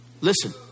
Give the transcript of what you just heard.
Listen